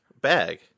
bag